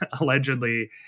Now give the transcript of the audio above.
allegedly